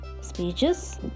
speeches